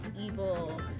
evil